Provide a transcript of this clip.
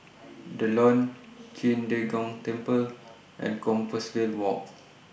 The Lawn Qing De Gong Temple and Compassvale Walk